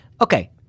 Okay